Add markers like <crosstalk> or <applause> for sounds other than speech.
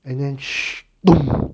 and then <noise> bomb